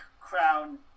crown